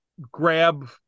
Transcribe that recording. grab